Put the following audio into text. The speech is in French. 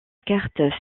carte